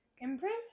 Imprint